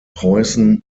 preußen